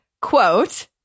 quote